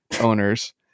Owners